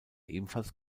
ebenfalls